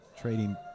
Trading